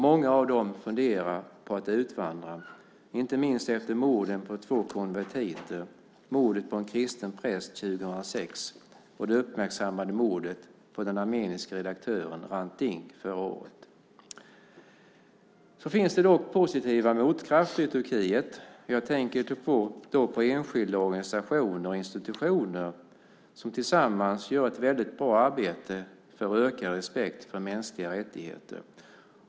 Många av dem funderar på att utvandra, inte minst efter morden på två konvertiter, mordet på en kristen präst 2006 och det uppmärksammade mordet på den armeniske redaktören Hrant Dink förra året. Det finns dock positiva motkrafter i Turkiet. Jag tänker då på enskilda organisationer, institutioner som tillsammans gör ett väldigt bra arbete för ökad respekt för mänskliga rättigheter.